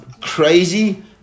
crazy